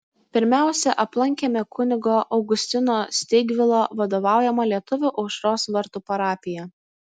pirmiausia aplankėme kunigo augustino steigvilo vadovaujamą lietuvių aušros vartų parapiją